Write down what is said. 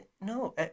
no